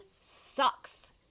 sucks